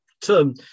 term